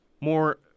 More